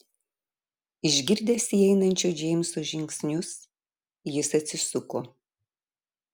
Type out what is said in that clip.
išgirdęs įeinančio džeimso žingsnius jis atsisuko